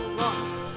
lost